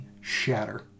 Shatter